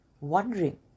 wondering